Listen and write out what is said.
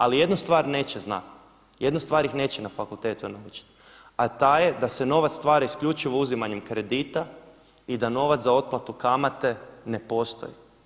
Ali jednu stvar neće znati, jednu stvari ih neće na fakultetu naučiti a ta je da se novac stvara isključivo uzimanjem kredita i da novac za otplatu kamate ne postoji.